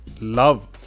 love